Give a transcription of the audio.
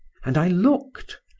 and i looked,